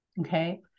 Okay